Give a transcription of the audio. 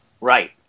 right